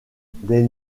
des